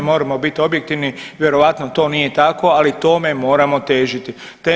Moramo biti objektivni, vjerojatno to nije tako, ali tome moramo težiti.